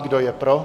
Kdo je pro?